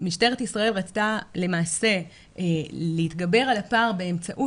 משטרת ישראל רצתה למעשה להתגבר על הפער באמצעות